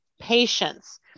patience